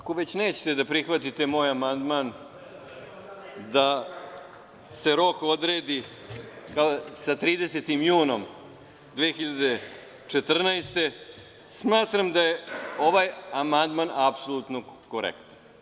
Ako već nećete da prihvatite moj amandman da se rok odredi sa 30. junom 2014. godine, smatram da je ovaj amandman apsolutno korektan.